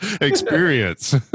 experience